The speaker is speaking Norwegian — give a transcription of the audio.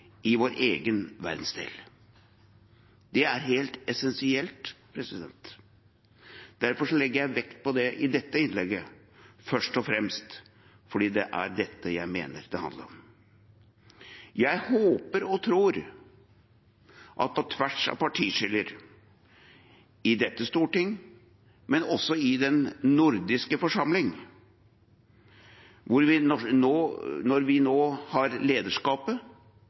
i vår egen verdensdel. Det er helt essensielt. Derfor legger jeg vekt på det i dette innlegget, først og fremst fordi det er dette jeg mener det handler om. Jeg håper og tror at vi på tvers av partiskiller i dette storting, men også i den nordiske forsamling, når vi nå har lederskapet,